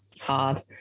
hard